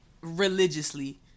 religiously